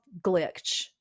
glitch